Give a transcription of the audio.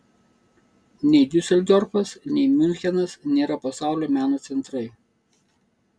nei diuseldorfas nei miunchenas nėra pasaulio meno centrai